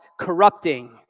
corrupting